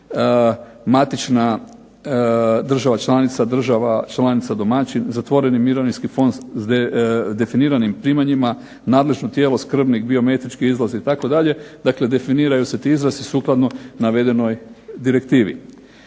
matična država članica, država članica domaćin, zatvoreni mirovinski fond s definiranim primanjima, nadležno tijelo skrbnik, biometrički izlaz itd., dakle definiraju se ti izrazi sukladno navedenoj direktivi.